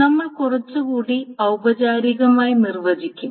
നമ്മൾ കുറച്ചുകൂടി ഔപചാരികമായി നിർവ്വചിക്കും